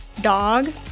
dog